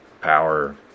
power